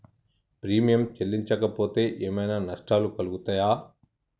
Premium చెల్లించకపోతే ఏమైనా నష్టాలు కలుగుతయా?